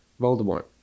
Voldemort